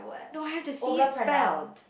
no I have to see it spelt